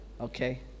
Okay